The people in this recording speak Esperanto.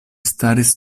staris